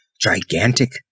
gigantic